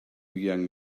young